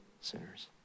sinners